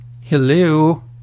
Hello